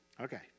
Okay